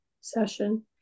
session